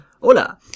Hola